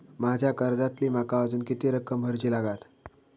माझ्या कर्जातली माका अजून किती रक्कम भरुची लागात?